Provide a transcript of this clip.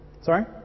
Sorry